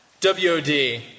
W-O-D